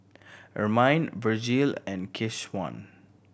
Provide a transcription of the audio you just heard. Ermine Vergil and Keshawn